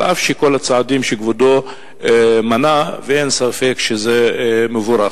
על אף כל הצעדים שכבודו מנה ואין ספק שזה מבורך.